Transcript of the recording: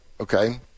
okay